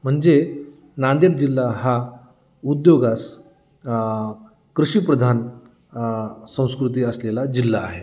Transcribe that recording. म्हणजे नांदेड जिल्हा हा उद्योगास कृषीप्रधान संस्कृती असलेला जिल्हा आहे